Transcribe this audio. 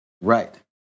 Right